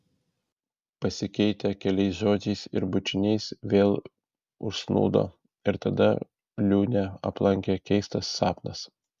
pasikeitę keliais žodžiais ir bučiniais vėl užsnūdo ir tada liūnę aplankė keistas sapnas